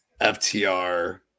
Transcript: FTR